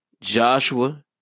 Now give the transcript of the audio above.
Joshua